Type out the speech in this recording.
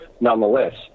nonetheless